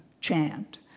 chant